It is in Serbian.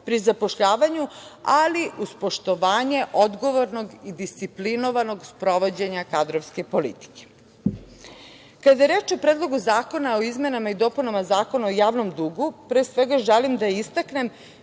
pri zapošljavanju ali uz poštovanje odgovornog i disciplinovanog sprovođenja kadrovske politike. Kada je reč o Predlogu zakona o izmenama i dopunama Zakona o javnom dugu, pre svega želim da istaknem